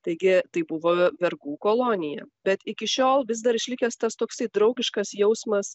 taigi tai buvo vergų kolonija bet iki šiol vis dar išlikęs tas toksai draugiškas jausmas